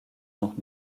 noch